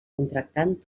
contractant